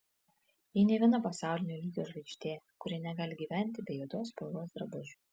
ji ne viena pasaulinio lygio žvaigždė kuri negali gyventi be juodos spalvos drabužių